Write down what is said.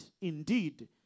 indeed